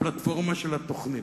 הפלטפורמה של התוכנית.